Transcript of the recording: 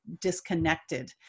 disconnected